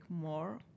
more